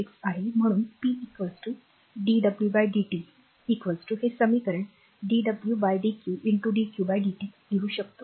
6 आहे म्हणून p dw dt हे समीकरण dw dq dq dt लिहू शकते